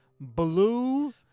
blue